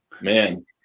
man